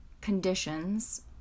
conditions